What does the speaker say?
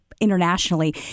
internationally